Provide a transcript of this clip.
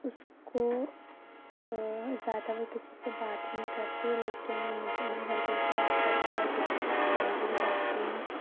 اس کو زیادہ وہ کسی سے بات نہیں کرتی لیکن مجھے میں ہر کسی سے بات کرتی ہوں ہر کسی سے فرینڈلی رہتی ہوں